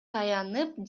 таянып